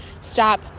stop